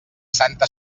santa